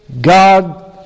God